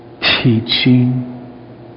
teaching